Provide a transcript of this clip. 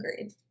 Agreed